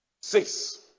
Six